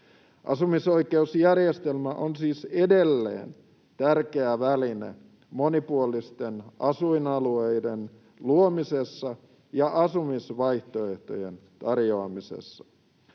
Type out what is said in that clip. Asumisoikeusjärjestelmä on siis edelleen tärkeä väline monipuolisten asuinalueiden luomisessa ja asumisvaihtoehtojen tarjoamisessa.